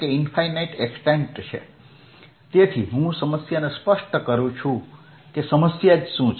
તેથી હું સમસ્યાને સ્પષ્ટ કરું કે સમસ્યા શું છે